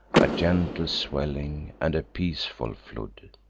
a gentle swelling, and a peaceful flood.